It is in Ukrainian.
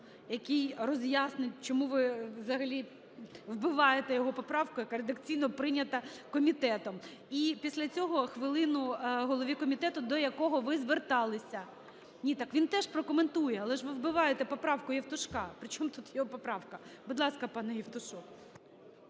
який роз'яснить, чому ви взагалі вбиваєте його поправку, яка редакційно прийнята комітетом. І після цього хвилину – голові комітету, до якого ви зверталися. Ні, так він теж прокоментує, але ж ви вбиваєте поправку Євтушка. При чому тут його поправка? Будь ласка, пане Євтушок.